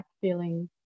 feeling